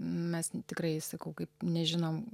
mes tikrai sakau kaip nežinom